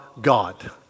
God